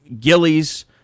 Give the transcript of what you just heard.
gillies